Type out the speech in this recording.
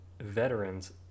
veterans